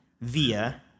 via